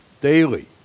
daily